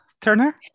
Turner